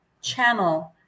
channel